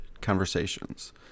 conversations